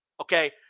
okay